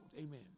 Amen